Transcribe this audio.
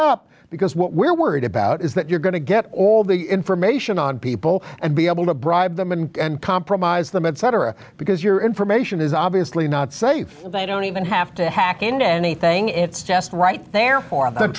up because what we're worried about is that you're going to get all the information on people and be able to bribe them and compromise them etc because your information is obviously not safe they don't even have to hack into anything it's just right there for the